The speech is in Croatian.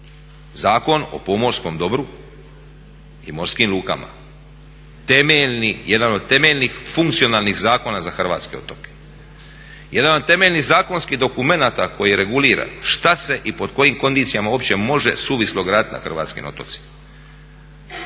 Zakon o pomorskom dobru i morskim lukama. Jedan od temeljnih funkcionalnih Zakona za hrvatske otoke, jedan od temeljnih zakonskih dokumenata koji regulira šta se i pod kondicijama uopće može suvislo graditi na hrvatskim otocima.